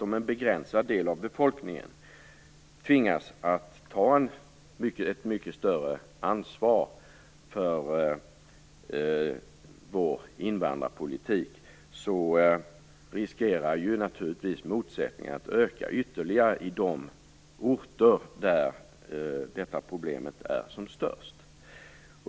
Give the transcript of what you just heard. Om en begränsad del av befolkningen tvingas ta ett mycket större ansvar för vår invandrarpolitik riskerar motsättningarna naturligtvis att öka ytterligare i de orter där detta problem är som störst.